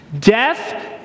death